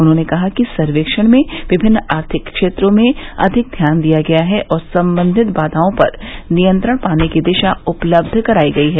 उन्होंने कहा कि सर्वेक्षण में विभिन्न आर्थिक क्षेत्रों पर अधिक ध्यान दिया गया है और संबंधित बाधाओं पर नियंत्रण पाने की दिशा उपलब्ध करायी गयी है